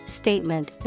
statement